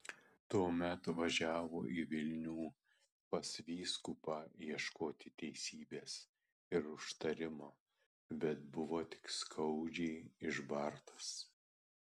tuomet važiavo į vilnių pas vyskupą ieškoti teisybės ir užtarimo bet buvo tik skaudžiai išbartas